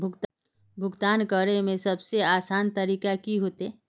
भुगतान करे में सबसे आसान तरीका की होते?